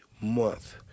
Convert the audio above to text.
month